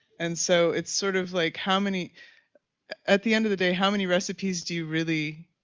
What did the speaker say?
and so it's sort of like how many at the end of the day, how many recipes do you really